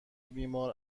بیمار